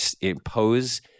impose